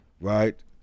right